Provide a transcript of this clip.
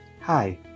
Hi